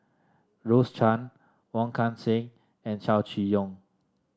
Rose Chan Wong Kan Seng and Chow Chee Yong